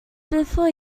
before